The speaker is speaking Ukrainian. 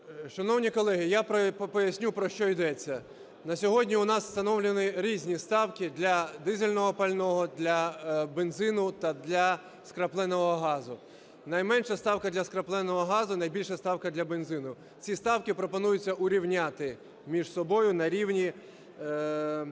Шановні колеги, я поясню, про що йдеться. На сьогодні у нас встановлені різні ставки для дизельного пального, для бензину та для скрапленого газу. Найменша ставка - для скрапленого газу і найбільша ставка - для бензину. Ці ставки пропонується урівняти між собою на рівні